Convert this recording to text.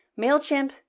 MailChimp